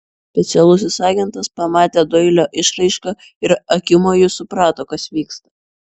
specialusis agentas pamatė doilio išraišką ir akimoju suprato kas vyksta